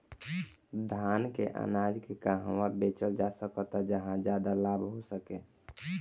धान के अनाज के कहवा बेचल जा सकता जहाँ ज्यादा लाभ हो सके?